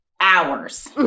hours